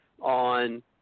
on